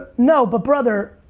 no, but brother,